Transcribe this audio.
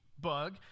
bug